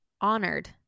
honored